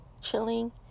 chilling